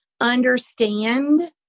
understand